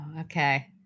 okay